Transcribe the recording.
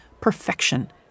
perfection